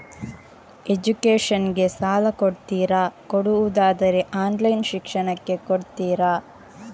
Education ಗೆ ಸಾಲ ಕೊಡ್ತೀರಾ, ಕೊಡುವುದಾದರೆ ಆನ್ಲೈನ್ ಶಿಕ್ಷಣಕ್ಕೆ ಕೊಡ್ತೀರಾ?